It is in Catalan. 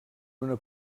una